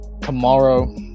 tomorrow